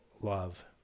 love